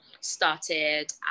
started